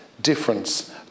Difference